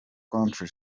country